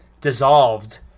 dissolved